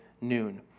noon